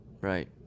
Right